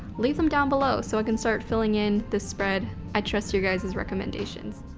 leave them down below so i can start filling in the spread. i trust your guys's recommendations.